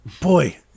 Boy